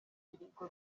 firigo